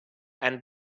and